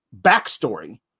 backstory